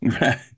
right